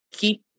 keep